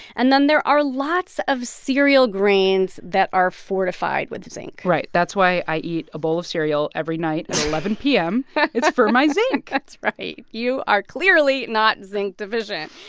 and then there are lots of cereal grains that are fortified with zinc right. that's why i eat a bowl of cereal every night at eleven p m it's for my zinc that's right. you are clearly not zinc deficient.